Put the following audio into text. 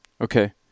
Okay